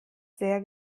sehr